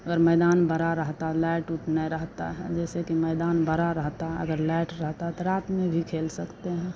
अगर मैदान बड़ा रहता लाइट उईट में रहता है जैसे कि मैदान बड़ा रहता अगर लाएट रहता तो रात में भी खेल सकते हैं